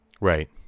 Right